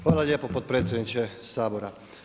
Hvala lijepo potpredsjedniče Sabora.